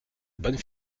bonne